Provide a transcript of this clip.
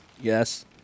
Yes